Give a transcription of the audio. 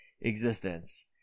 existence